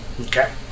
okay